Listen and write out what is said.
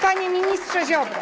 Panie Ministrze Ziobro!